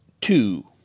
two